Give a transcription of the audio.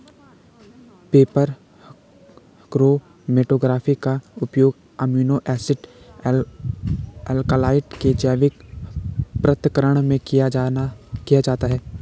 paper chromatography का उपयोग amino acid alkaloid के जैविक पृथक्करण में किया जाता है